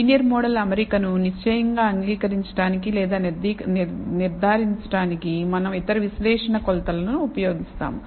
linear model అమరిక ను నిశ్చయంగా అంగీకరించడానికి లేదా నిర్ధారించడానికి మనం ఇతర విశ్లేషణ కొలతలను ఉపయోగిస్తాము